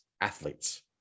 athletes